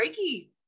Reiki